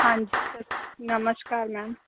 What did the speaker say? ਹਾਂਜੀ ਨਮਸਕਾਰ ਮੈਮ